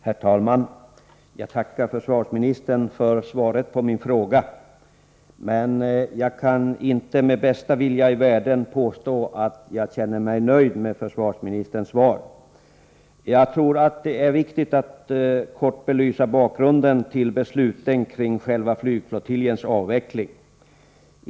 Herr talman! Jag tackar försvarsministern för svaret på min fråga. Men inte med bästa vilja i världen kan jag påstå att jag är nöjd med försvarsministerns svar. Jag tror att det är viktigt att kort belysa bakgrunden till besluten kring själva flygflottiljens avveckling.